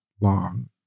Long